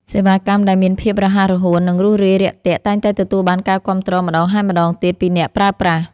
សេវាកម្មដែលមានភាពរហ័សរហួននិងរួសរាយរាក់ទាក់តែងតែទទួលបានការគាំទ្រម្តងហើយម្តងទៀតពីអ្នកប្រើប្រាស់។